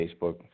Facebook